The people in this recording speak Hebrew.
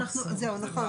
סליחה.